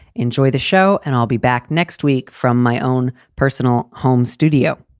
enjoy the show and i'll be back next week from my own personal home studio